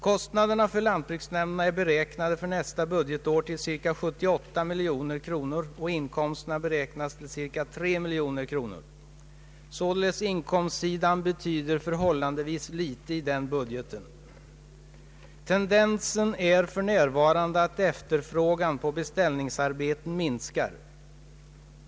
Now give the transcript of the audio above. Kostnaderna för lantbruksnämnderna är för nästa budgetår beräknade till cirka 78 miljoner kronor och inkomsterna till cirka 3 miljoner kronor. Inkomstsidan betyder således förhållandevis litet i den budgeten. Tendensen för närvarande är att efterfrågan på beställningsarbeten minskar.